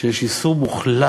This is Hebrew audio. שיש לגביו איסור מוחלט